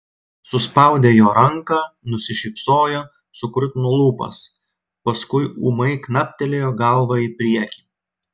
suspaudė jo ranką nusišypsojo sukrutino lūpas paskui ūmai knaptelėjo galva į priekį